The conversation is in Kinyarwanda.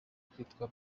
kwitwa